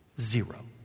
zero